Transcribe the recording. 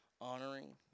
honoring